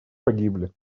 погибли